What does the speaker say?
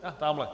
Á, tamhle.